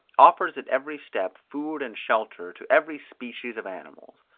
offers at every step food and shelter to every species of animals.